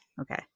Okay